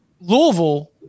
Louisville